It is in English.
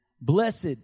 Blessed